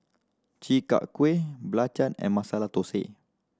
Chi Kak Kuih belacan and Masala Thosai